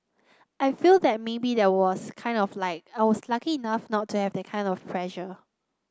I feel that maybe that was kind of like I was lucky enough not to have that kind of pressure